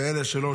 ואלה שלא,